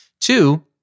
Two